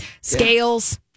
Scales